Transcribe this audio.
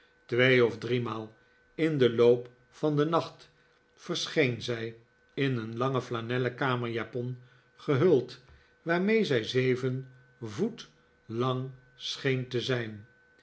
twee of driemaal in den loop van den nacht verscheen zij in een lange flanellen kamerjapon gehuld waarmee zij zeven voet lang scheen te zijn